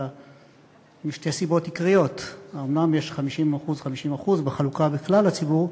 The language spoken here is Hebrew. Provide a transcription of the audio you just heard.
משתי סיבות עיקריות: אומנם יש 50% 50% בחלוקה בכלל הציבור,